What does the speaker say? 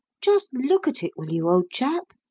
just look at it, will you, old chap?